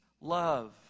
love